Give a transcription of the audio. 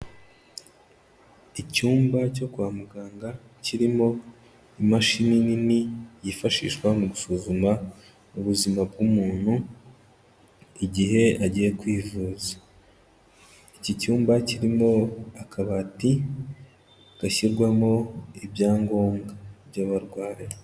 Icyumba cyo kwa muganga kirimo imashini nini yifashishwa mu gusuzuma ubuzima bw'umuntu igihe agiye kwivuza, iki cyumba kirimo akabati gashyirwamo ibyangombwa by'abarwayi.